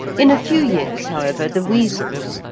in a few years, however, the weasels,